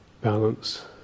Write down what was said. balance